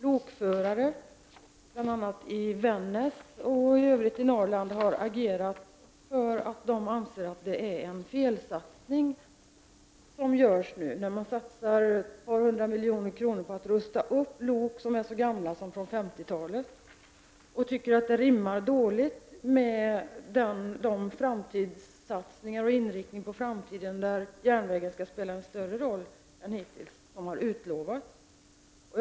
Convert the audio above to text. Lokförare, bl.a. i Vännäs och i Norrland i övrigt, har agerat och framhållit att de anser att det är en felsatsning att för ett par hundra miljoner rusta upp gamla lok från 50-talet. De tycker att detta rimmar dåligt med den inriktning på framtiden, där järnvägen skall spela en större roll än hittills, som har utlovats.